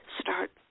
start